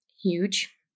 huge